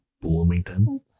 bloomington